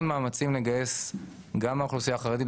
מאמצים לגייס גם מהאוכלוסייה החרדית.